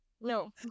No